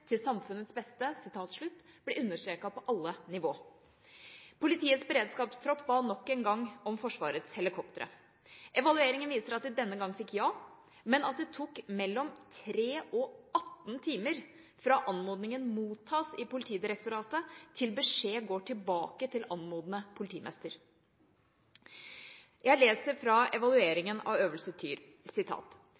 til samfunnets beste» ble understreket på alle nivåer. Politiets beredskapstropp ba nok en gang om Forsvarets helikoptre. Evalueringen viser at de denne gangen fikk ja, men at det tok mellom 3 og 18 timer fra anmodningen ble mottatt i Politidirektoratet til beskjed gikk tilbake til anmodende politimester. Jeg leser fra